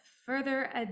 further